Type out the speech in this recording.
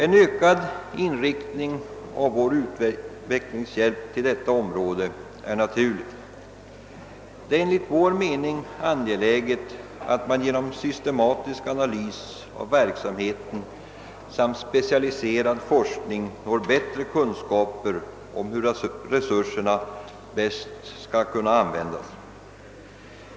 En ökad inriktning av vår utvecklingshjälp mot detta område är naturlig. Det är enligt vår mening angeläget att man genom systematisk analys av verksamheten samt specialiserad forskning når bättre kunskaper om hur resurserna bäst skall kunna användas.